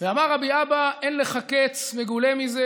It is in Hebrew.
"ואמר רבי אבא: אין לך קץ מגולה מזה,